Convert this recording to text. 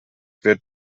wird